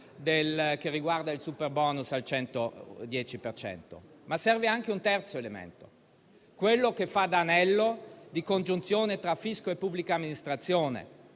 che riguarda il superbonus al 110 per cento. Serve però anche un terzo elemento, che faccia da anello di congiunzione tra fisco e pubblica amministrazione,